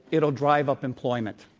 it'll drive up employment.